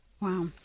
Wow